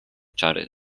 czar